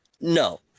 No